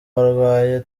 barwaye